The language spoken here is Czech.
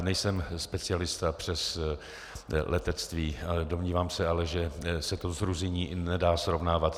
Nejsem specialista přes letectví, ale domnívám se, že se to s Ruzyní nedá srovnávat.